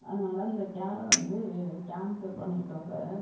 அதனால் அந்த கேப் வந்து கேன்சல் பண்ணிட்டோம் சார்